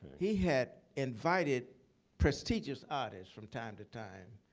he had invited prestigious artists from time to time,